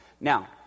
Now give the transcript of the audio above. Now